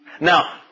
now